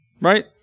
right